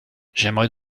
j’aimerais